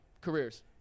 careers